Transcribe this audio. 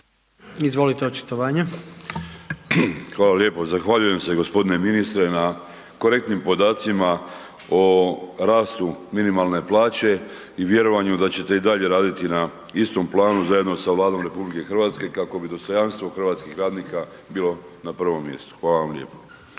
Josip (HDZ)** Hvala lijepo. Zahvaljujem se g. ministre na korektnim podacima o rastu minimalne plaće i vjerovanju da ćete i dalje raditi na istom planu zajedno sa Vladom RH kako bi dostojanstvo hrvatskih radnika bilo na prvom mjestu. Hvala vam lijepo.